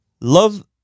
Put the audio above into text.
love